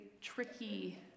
tricky